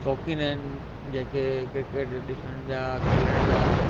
शौक़ीन आहिनि जेके क्रिकेट ॾिसण जा खेलण जा